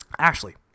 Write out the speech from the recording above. Ashley